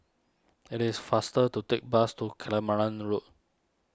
it is faster to take bus to Road